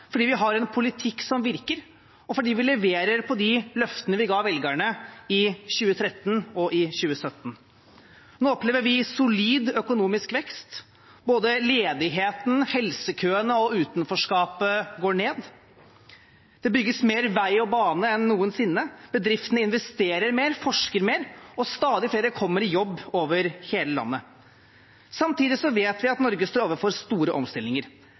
fordi vi har en politikk som virker, og fordi vi leverer når det gjelder de løftene vi ga velgerne i 2013 og i 2017. Nå opplever vi solid økonomisk vekst. Både ledigheten, helsekøene og utenforskapet går ned. Det bygges mer vei og bane enn noensinne. Bedriftene investerer mer, forsker mer, og stadig flere over hele landet kommer i jobb. Samtidig vet vi at Norge står overfor store omstillinger.